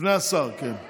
לפני השר, כן.